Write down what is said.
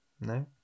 No